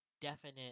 definite